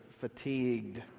fatigued